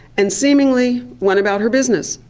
and seemingly went about her business.